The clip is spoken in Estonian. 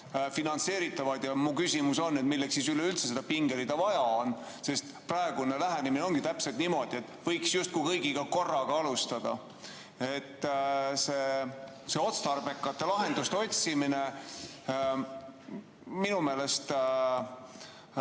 Mu küsimus on, milleks siis üleüldse seda pingerida vaja on, sest praegune lähenemine ongi täpselt niimoodi, et võiks justkui kõigiga korraga alustada. See otstarbekate lahenduste otsimine, minu meelest,